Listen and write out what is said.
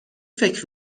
فکر